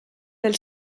pel